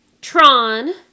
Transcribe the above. Tron